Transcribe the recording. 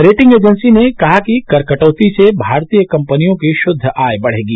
rating agency ने कहा कि कर कटौती से भारतीय कंपनियों की शुद्ध आय बढ़ेगी